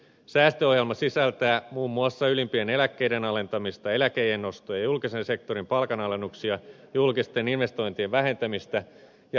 säästöohjelma sisältää muun muassa ylimpien eläkkeiden alentamista eläkeiän nostoja julkisen sektorin palkanalennuksia julkisten investointien vähentämistä ja veronkorotusta